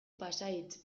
pasahitz